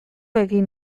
egin